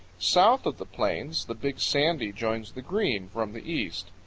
south of the plains the big sandy joins the green from the east.